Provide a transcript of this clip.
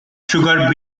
sugar